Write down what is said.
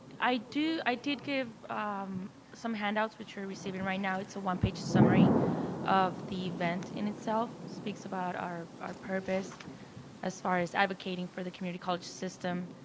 i do i did give some handouts which you are receiving right now, it's a one-page summary of the event in itself, speaks about our our purpose as far as advocating for the community college system